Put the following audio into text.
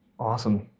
Awesome